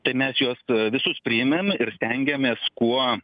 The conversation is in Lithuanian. tai mes juos visus priėmėm ir stengiamės kuo